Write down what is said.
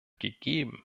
gegeben